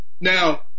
Now